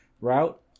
route